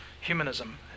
humanism